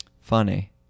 Funny